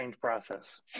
process